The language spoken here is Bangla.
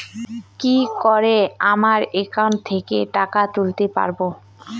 কি করে আমার একাউন্ট থেকে টাকা তুলতে পারব?